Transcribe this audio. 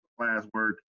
classwork